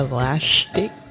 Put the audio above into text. Elastic